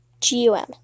G-U-M